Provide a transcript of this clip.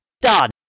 Done